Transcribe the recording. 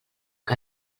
que